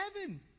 heaven